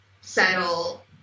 settle